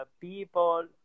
people